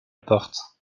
porte